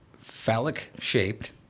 phallic-shaped